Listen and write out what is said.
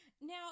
now